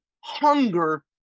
hunger